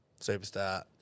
superstar